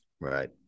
right